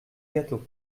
gâteau